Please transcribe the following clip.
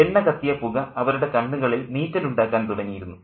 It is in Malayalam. എണ്ണ കത്തിയ പുക അവരുടെ കണ്ണുകളിൽ നീറ്റലുണ്ടാക്കാൻ തുടങ്ങിയിരുന്നു